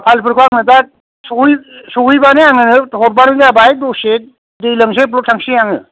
फाइलफोरखौ आङो दा सहै सहैब्लानो आंनो हरब्लानो जाबाय दसे दै लोंसै ब्लथ थांसै आङो